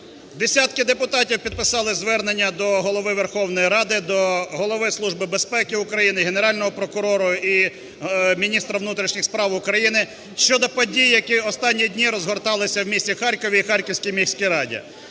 Десятки депутатів підписали звернення до Голови Верховної Ради, до Голови Служби безпеки України, Генерального прокурора і міністра внутрішніх справ України щодо події, які останні дні розгортались в місті Харкові і Харківській міській раді.